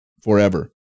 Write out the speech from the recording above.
forever